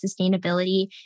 sustainability